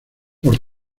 por